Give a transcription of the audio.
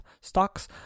stocks